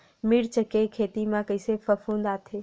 मिर्च के खेती म कइसे फफूंद आथे?